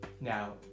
now